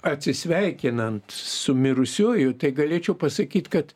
atsisveikinant su mirusiuoju tai galėčiau pasakyt kad